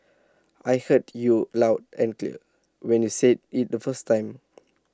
I heard you loud and clear when you said IT the first time